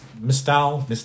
Mistal